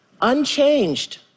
unchanged